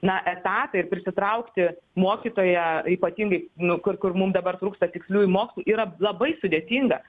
na etatą ir prisitraukti mokytoją ypatingai nu kur kur mum dabar trūksta tiksliųjų mokslų yra labai sudėtinga